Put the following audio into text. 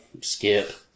skip